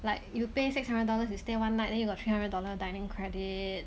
like you pay six hundred dollars to stay one night then you got three hundred dollar dining credit